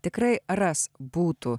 tikrai ras būtų